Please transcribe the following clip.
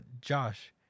Josh